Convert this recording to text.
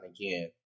again